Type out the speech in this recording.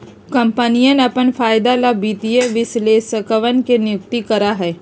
कम्पनियन अपन फायदे ला वित्तीय विश्लेषकवन के नियुक्ति करा हई